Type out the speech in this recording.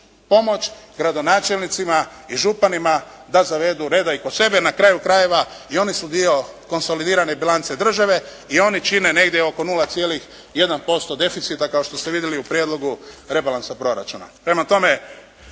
Pomoć gradonačelnicima i županima da zavedu reda i kod sebe. Na kraju krajeva i oni su dio konsolidirane bilance države. I oni čine negdje oko 0,1% deficita kao što ste vidjeli u prijedlogu rebalansa proračuna.